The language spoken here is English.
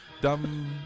Dumb